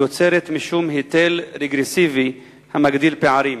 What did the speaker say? יוצרת משום היטל רגרסיבי המגדיל פערים.